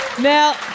Now